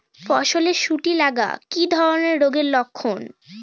ফসলে শুটি লাগা কি ধরনের রোগের লক্ষণ?